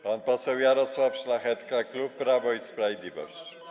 Pan poseł Jarosław Szlachetka, klub Prawo i Sprawiedliwość.